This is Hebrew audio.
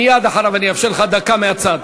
מייד אחריו אני אאפשר לך דקה מהצד.